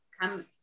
come